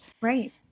Right